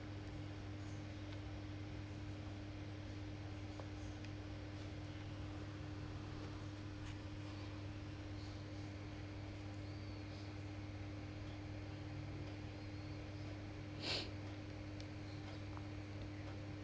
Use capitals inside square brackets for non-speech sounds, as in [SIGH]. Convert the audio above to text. [BREATH]